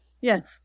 Yes